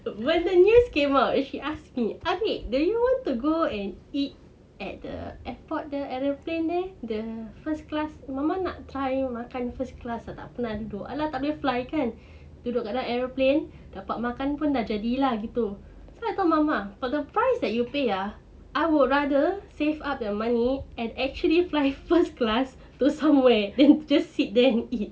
when the news came out she ask me adik do you want to go and eat at the airport the aeroplane there the first class mama nak try makan first class tak pernah duduk !alah! tak boleh fly kan duduk kat dalam aeroplane dapat makan pun jadi lah gitu so I told mama for the price that you pay ah I would rather save up the money and actually fly first class to somewhere than just sit there and eat